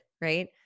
right